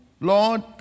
Lord